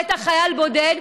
בטח לא לחייל בודד,